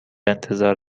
انتظار